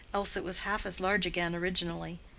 else it was half as large again originally.